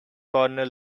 corner